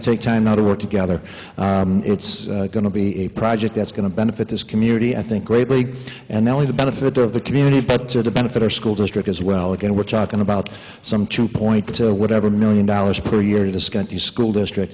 take time now to work together it's going to be a project that's going to benefit this community i think greatly and not only the benefit of the community but to benefit our school district as well again we're talking about some two point two whatever million dollars per year to discuss the school district